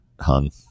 Hung